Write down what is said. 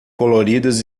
coloridas